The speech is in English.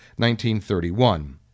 1931